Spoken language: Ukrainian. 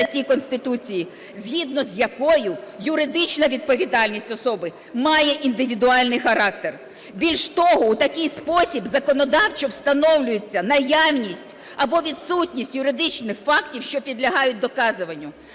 Конституції, згідно з якою юридична відповідальність особи має індивідуальний характер. Більш того, у такий спосіб законодавчо встановлюється наявність або відсутність юридичних фактів, що підлягають доказуванню.